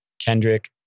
Kendrick